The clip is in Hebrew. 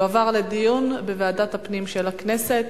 יועברו לדיון בוועדת הפנים של הכנסת.